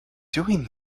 doing